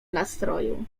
nastroju